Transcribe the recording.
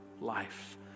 life